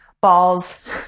balls